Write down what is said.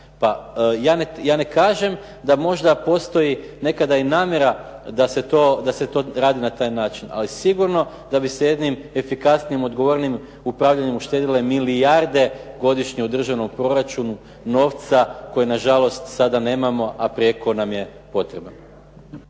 ja ne kažem da možda postoji nekada i namjera da se to radi na taj način, ali sigurno da bi se jednim efikasnijim, odgovornijim upravljanjem uštedile milijarde godišnje u državnom proračunu novca koji na žalost sada nemamo a prijeko nam je potreban.